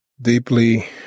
Deeply